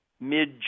mid